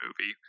movie